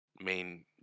main